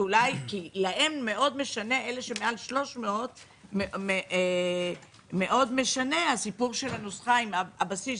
לאלה שמעל 300 משנה מאוד הסיפור של הנוסחה עם הבסיס,